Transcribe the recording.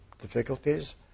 difficulties